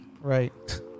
right